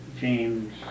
James